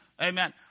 amen